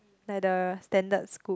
like the standard scoop